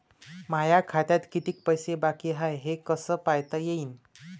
माया खात्यात कितीक पैसे बाकी हाय हे कस पायता येईन?